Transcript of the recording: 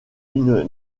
une